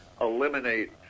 eliminate